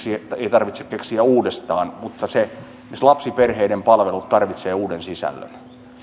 tarvitse keksiä uudestaan mutta esimerkiksi lapsiperheiden palvelut tarvitsevat uuden sisällön